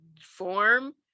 form